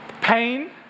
Pain